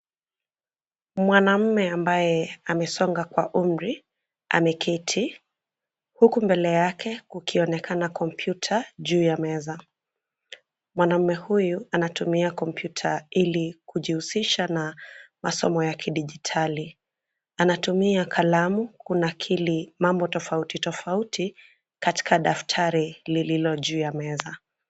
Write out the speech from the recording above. Mwanamume ambaye amesonga kwa umri ameketi huku mbele yake kukionekana kompyuta juu ya meza. Mwanamume huyu anatumia kompyuta ili kujihusisha na masomo ya kidijitali. Anatumia kalamu kunakili mambo tofauti tofauti katika daftari lililo juu ya meza.